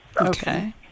Okay